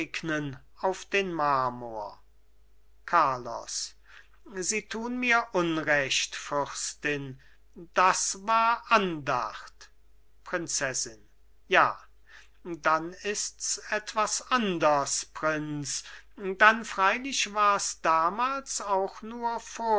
auf den marmor carlos sie tun mir unrecht fürstin das war andacht prinzessin ja dann ists etwas andres prinz dann freilich wars damals auch nur